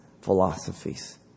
philosophies